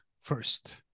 first